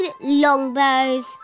longbows